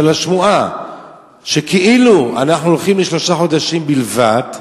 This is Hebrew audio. של השמועה שכאילו אנחנו הולכים לשלושה חודשים בלבד,